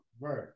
Right